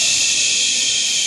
ששש.